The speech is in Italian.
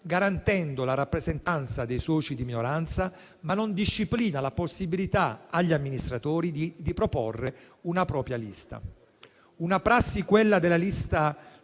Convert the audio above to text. garantendo la rappresentanza dei soci di minoranza, ma non disciplina la possibilità per gli amministratori di proporre una propria lista. È una prassi, quella della lista